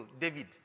David